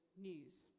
news